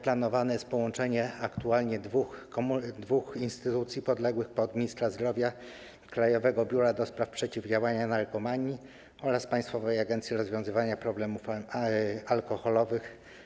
Planowane jest połączenie aktualnie dwóch instytucji podległych ministrowi zdrowia: Krajowego Biura do Spraw Przeciwdziałania Narkomanii oraz Państwowej Agencji Rozwiązywania Problemów Alkoholowych.